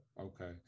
Okay